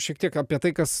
šiek tiek apie tai kas